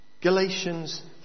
Galatians